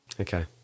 Okay